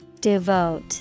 Devote